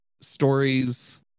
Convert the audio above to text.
stories